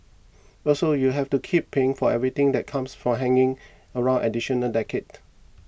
also you have to keep paying for everything that comes from hanging around additional decades